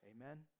Amen